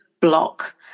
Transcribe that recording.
block